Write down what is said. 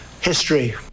history